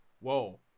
whoa